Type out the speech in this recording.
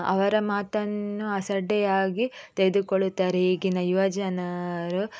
ಅವರ ಮಾತನ್ನು ಅಸಡ್ಡೆಯಾಗಿ ತೆಗೆದುಕೊಳ್ಳುತ್ತಾರೆ ಈಗಿನ ಯುವಜನರು